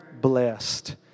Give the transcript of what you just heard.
blessed